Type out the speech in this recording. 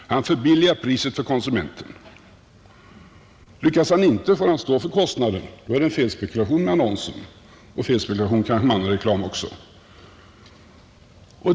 Han förbilligar priset för konsumenterna. Lyckas han inte, får han stå för kostnaderna. Då är annonseringen en felspekulation liksom kanske också annan reklam.